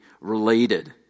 related